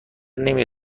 نمی